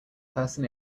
person